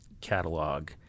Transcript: catalog